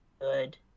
good